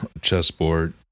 chessboard